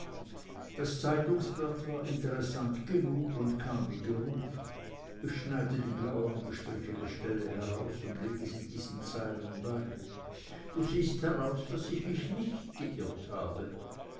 das zeitungsblatt war interessant genug und kam wie gerufen ich schneide die blau angestrichene stelle heraus und lege sie diesen zeilen bei du siehst daraus daß ich mich nicht geirrt habe